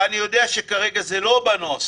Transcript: ואני יודע שכרגע זה לא בנוסח